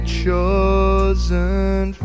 chosen